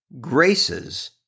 graces